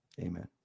Amen